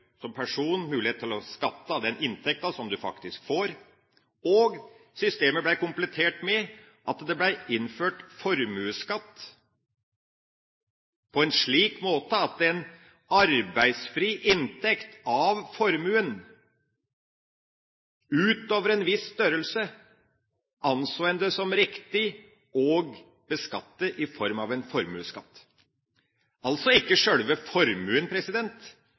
som person mulighet til å skatte av den inntekten man faktisk får. Systemet ble komplettert med at det ble innført formuesskatt på en slik måte at en anså det som riktig å beskatte arbeidsfri inntekt av formuen utover en viss størrelse i form av en formuesskatt, altså ikke sjølve formuen,